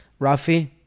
Rafi